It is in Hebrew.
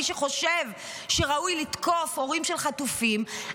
מכל מי שחושב שראוי לתקוף הורים של חטופים,